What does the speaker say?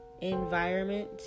environment